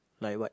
like what